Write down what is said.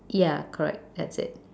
yeah correct that's it